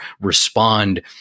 respond